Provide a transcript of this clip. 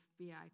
FBI